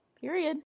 Period